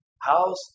house